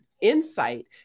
insight